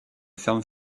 ferme